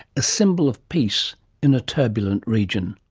a symbol of peace in a turbulent region.